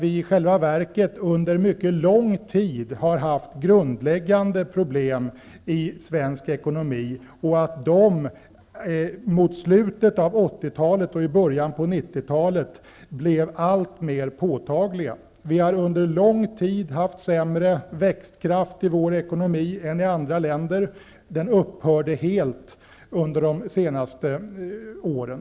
I själva verket har det under lång tid funnits grundläggande problem i svensk ekonomi. Mot slutet av 1980-talet och början av 1990-talet blev de alltmer påtagliga. Sverige har under lång tid haft en sämre växtkraft i ekonomin än andra länder. Den upphörde helt de senaste åren.